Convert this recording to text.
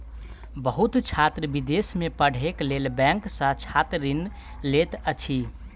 बहुत छात्र विदेश में पढ़ैक लेल बैंक सॅ छात्र ऋण लैत अछि